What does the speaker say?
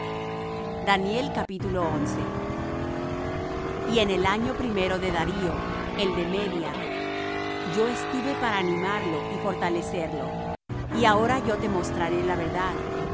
miguel vuestro príncipe y en el año primero de darío el de media yo estuve para animarlo y fortalecerlo y ahora yo te mostraré la verdad